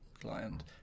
client